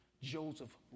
Joseph